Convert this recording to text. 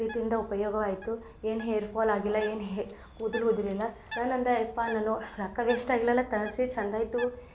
ರೀತಿಯಿಂದ ಉಪಯೋಗವಾಯಿತು ಏನೂ ಹೇರ್ಫಾಲ್ ಆಗಿಲ್ಲ ಏನೂ ಹೆ ಕೂದಲು ಉದುರಿಲ್ಲ ನಾನು ಅಂದೆ ಅಪ್ಪ ನಾನು ರೊಕ್ಕ ವೇಸ್ಟ್ ಆಗಿಲ್ವಲ್ಲ ತರಿಸಿ ಚೆಂದ ಇತ್ತು